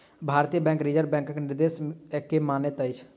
भारतीय bank reserve बैंकक निर्देश के मानैत अछि